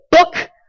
book